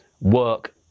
work